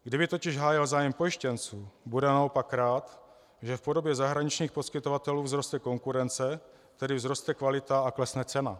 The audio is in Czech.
Kdyby totiž hájil zájem pojištěnců, bude naopak rád, že v podobě zahraničních poskytovatelů vzroste konkurence, tedy vzroste kvalita a klesne cena.